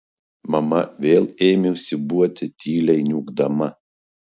mama vėl ėmė siūbuoti tyliai niūkdama